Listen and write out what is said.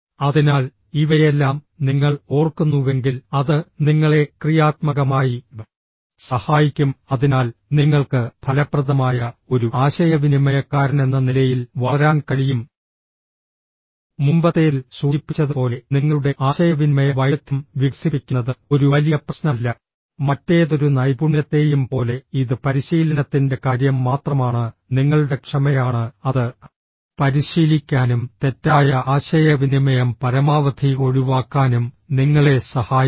അതിനാൽ ഇവയെല്ലാം നിങ്ങൾ ഓർക്കുന്നുവെങ്കിൽ അത് നിങ്ങളെ ക്രിയാത്മകമായി സഹായിക്കും അതിനാൽ നിങ്ങൾക്ക് ഫലപ്രദമായ ഒരു ആശയവിനിമയക്കാരനെന്ന നിലയിൽ വളരാൻ കഴിയും മുമ്പത്തേതിൽ സൂചിപ്പിച്ചതുപോലെ നിങ്ങളുടെ ആശയവിനിമയ വൈദഗ്ദ്ധ്യം വികസിപ്പിക്കുന്നത് ഒരു വലിയ പ്രശ്നമല്ല മറ്റേതൊരു നൈപുണ്യത്തെയും പോലെ ഇത് പരിശീലനത്തിന്റെ കാര്യം മാത്രമാണ് നിങ്ങളുടെ ക്ഷമയാണ് അത് പരിശീലിക്കാനും തെറ്റായ ആശയവിനിമയം പരമാവധി ഒഴിവാക്കാനും നിങ്ങളെ സഹായിക്കും